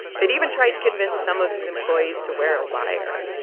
they'd even tried to convince some of his employees to wear a wire.